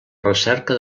recerca